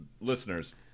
Listeners